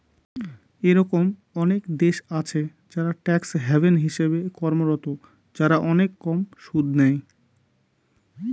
এরকম অনেক দেশ আছে যারা ট্যাক্স হ্যাভেন হিসেবে কর্মরত, যারা অনেক কম সুদ নেয়